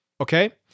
Okay